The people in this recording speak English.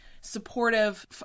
supportive